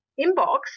inbox